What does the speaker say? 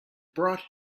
brought